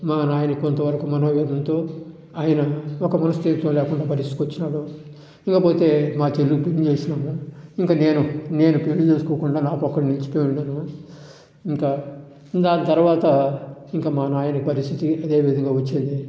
మా నాయనకి కొంతవరకు మనోవేదనతో ఆయన ఒక మనోస్థిమితం లేకుండా పరిస్థితి వచ్చినాడు ఇకపోతే మా చెల్లికి పెళ్లి చేసినాము ఇంక నేను నేను పెళ్లి చేసుకోకుండా నేను ఒకడినే నిలిచిపోయి ఉన్నాను ఇంకా దాని తర్వాత ఇంకా మా నాయన పరిస్థితి అదే విధంగా వచ్చింది